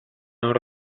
non